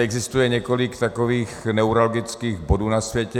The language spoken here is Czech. Existuje několik takových neuralgických bodů na světě.